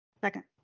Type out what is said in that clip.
Second